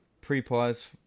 pre-pause